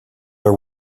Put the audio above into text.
her